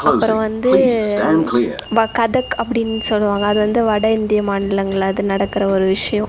அப்புறம் வந்து கதக் அப்படின்னு சொல்லுவாங்கள் அது வந்து வட இந்திய மாநிலங்கள்ல அது நடக்கிற ஒரு விஷயம்